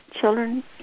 children